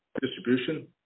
distribution